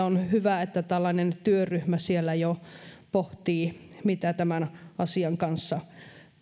on hyvä että tällainen työryhmä siellä jo pohtii mitä tämän asian kanssa